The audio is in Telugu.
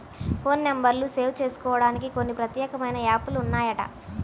ఫోన్ నెంబర్లు సేవ్ జేసుకోడానికి కొన్ని ప్రత్యేకమైన యాప్ లు ఉన్నాయంట